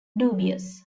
dubious